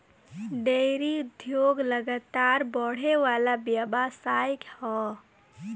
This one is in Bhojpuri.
डेयरी उद्योग लगातार बड़ेवाला व्यवसाय ह